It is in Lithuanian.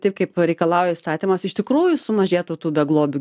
taip kaip reikalauja įstatymas iš tikrųjų sumažėtų tų beglobių